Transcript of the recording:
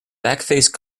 backface